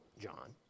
John